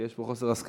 כי יש פה חוסר הסכמה,